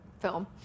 film